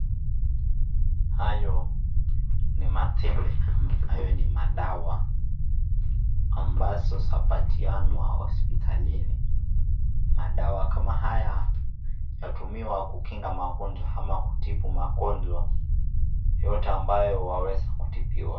Hayo ni matembe ambayo ni madawa ambazo zapatianwa hosiptalini, madawa kama haya hutumiwa kukinga magonjwa ama kutibu magonjwa yote ambayo waweza kutibiwa.